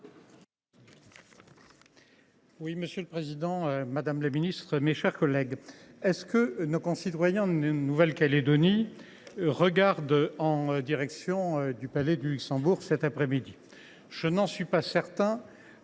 Monsieur le président, madame la ministre, mes chers collègues, nos concitoyens de la Nouvelle Calédonie regardent ils en direction du palais du Luxembourg cet après midi ?